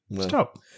Stop